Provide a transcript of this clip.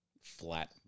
flat